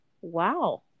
Wow